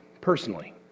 personally